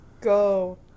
go